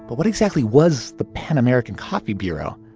but what exactly was the pan-american coffee bureau?